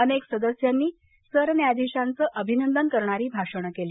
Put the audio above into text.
अनेक सदस्यांनी सरन्यायाधीशांचं अभिनंदन करणारी भाषणं केली